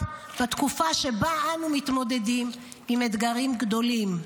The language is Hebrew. בתקופה שבה אנו מתמודדים עם אתגרים גדולים.